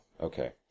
okay